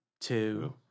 two